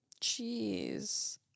jeez